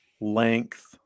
length